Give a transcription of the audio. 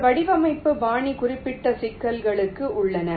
சில வடிவமைப்பு பாணி குறிப்பிட்ட சிக்கல்களும் உள்ளன